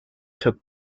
took